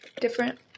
Different